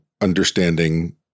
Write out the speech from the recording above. understanding